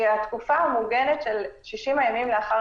היא התקופה המוגנת של 60 הימים לאחר